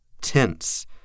tense